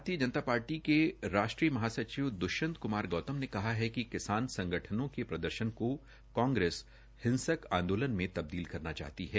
भारतीय जनता पार्टी के राष्ट्री महासचिव दृष्यंत कुमार गौतम ने कहा है कि किसान संगठनों के प्रदर्शन को कांग्रेस हिंसक आंदोलन में तब्दील करना चाहती है